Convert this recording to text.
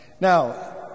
Now